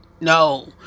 No